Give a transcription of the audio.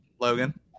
Logan